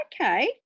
Okay